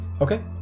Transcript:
okay